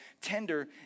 tender